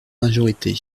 majorité